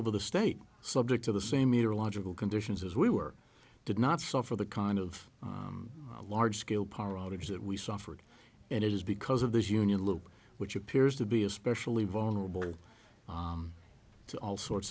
over the state subject to the same meterological conditions as we were did not suffer the kind of large scale power outages that we suffered and it is because of this union loop which appears to be especially vulnerable to all sorts